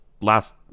Last